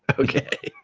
okay